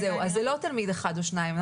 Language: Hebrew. זה לא תלמיד אחד או שניים.